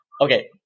okay